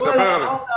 תדבר עליהם.